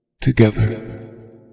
Together